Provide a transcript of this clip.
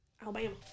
Alabama